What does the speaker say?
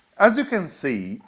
as you can see,